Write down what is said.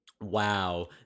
Wow